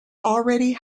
already